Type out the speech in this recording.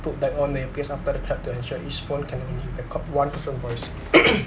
put back on in place after the clap to ensure each phone can only record one person's voice